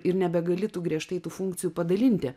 ir nebegali tu griežtai tų funkcijų padalinti